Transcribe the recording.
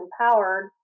empowered